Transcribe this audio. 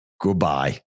goodbye